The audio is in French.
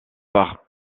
par